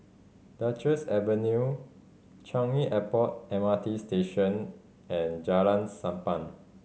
Duchess Avenue Changi Airport M R T Station and Jalan Sappan